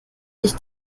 sich